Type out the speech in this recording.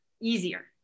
easier